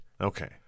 Okay